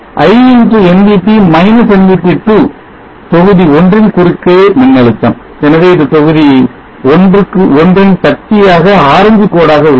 i x nvt - nvt2 தொகுதி 1 ன் குறுக்கே மின்னழுத்தம் எனவே இது தொகுதி 1 ன் சக்தியாக ஆரஞ்சு கோடாக உள்ளது